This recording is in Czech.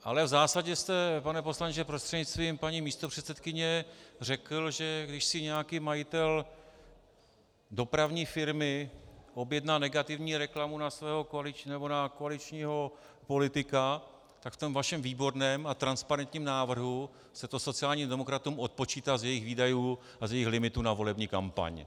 Ale v zásadě jste, pane poslanče prostřednictvím paní místopředsedkyně, řekl, že když si nějaký majitel dopravní firmy objedná negativní reklamu na koaličního politika, tak v tom vašem výborném a transparentním návrhu se to sociálním demokratům odpočítá z jejich výdajů a z jejich limitů na volební kampaň.